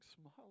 smile